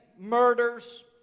Murders